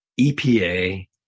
EPA